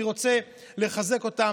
אני רוצה לחזק אותם,